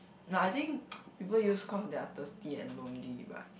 no I think people use cause they are thirsty and lonely but